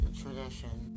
tradition